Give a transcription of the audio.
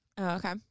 okay